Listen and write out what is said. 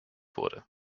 wurde